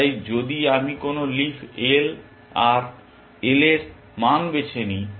তাই যদি আমি কোনো লিফ L আর L এর মান বেছে নিই